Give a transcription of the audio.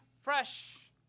fresh